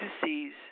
disease